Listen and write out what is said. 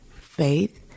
faith